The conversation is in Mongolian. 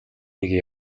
нэгэн